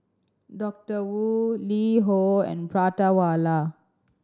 Doctor Wu LiHo and Prata Wala